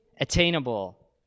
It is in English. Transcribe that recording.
Attainable